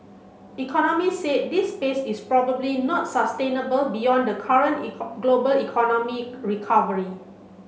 economy said this pace is probably not sustainable beyond the current global economic recovery